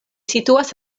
situas